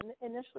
initially